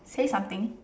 say something